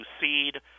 seed